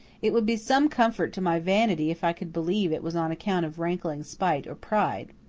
it would be some comfort to my vanity if i could believe it was on account of rankling spite or pride.